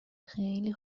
خیلی